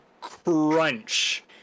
crunch